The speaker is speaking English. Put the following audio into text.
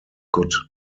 could